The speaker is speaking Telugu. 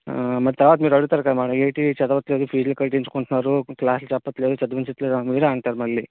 మరి తర్వాత మీరు అడుగుతారు కదా మేడం వీడు చదవటం లేదు ఫీజులు కట్టించుకుంటున్నారు క్లాస్లు చెప్పట్లేదు చదివించట్లేదు అని మీరే అంటారు మళ్ళీ